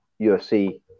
UFC